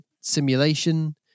simulation